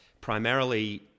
primarily